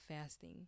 fasting